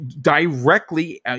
directly